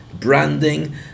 branding